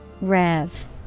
Rev